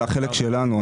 זה החלק שלנו.